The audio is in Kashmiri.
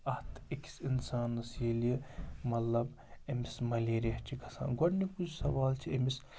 اَتھ أکِس اِنسانَس ییٚلہِ مطلب أمِس ملیریا چھِ گژھان گۄڈنیُک یُس سوال چھِ أمِس